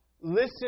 listen